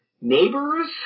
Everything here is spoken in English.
neighbors